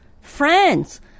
friends